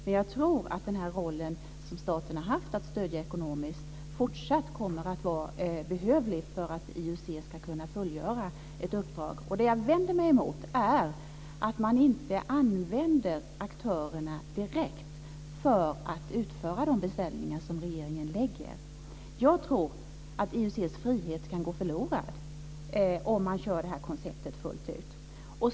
Men jag tror att den roll som staten har haft, att stödja ekonomiskt, fortsatt kommer att vara behövlig för att IUC ska kunna fullgöra ett uppdrag. Det jag vänder mig emot är att man inte använder aktörerna direkt för att utföra de beställningar som regeringen gör. Jag tror att IUC:s frihet kan gå förlorad om man kör det här konceptet fullt ut.